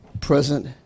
present